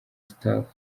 staff